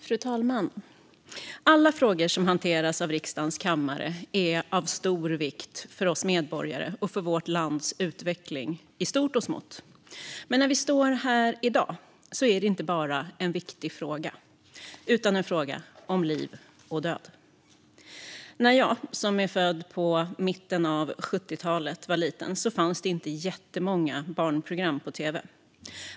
Fru talman! Alla frågor som hanteras av riksdagens kammare är av stor vikt för oss medborgare och för vårt lands utveckling i stort och smått. Men när vi står här i dag handlar det inte bara om en viktig fråga utan om en fråga om liv och död. När jag, som är född i mitten på 70-talet, var liten fanns det inte jättemånga barnprogram på tv.